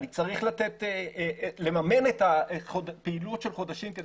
אני צריך לממן את הפעילות של החודשים כדי